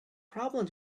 problem